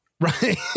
right